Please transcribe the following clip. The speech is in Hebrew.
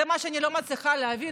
זה מה שאני לא מצליחה להבין.